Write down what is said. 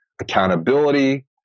accountability